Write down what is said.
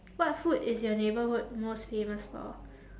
what food is your neighbourhood most famous for